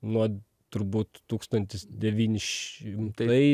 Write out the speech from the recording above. nuo turbūt tūkstantis devyni šimtai